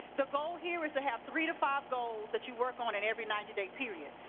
the goal here is to have three to five goals that you work on and every ninety day period.